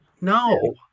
No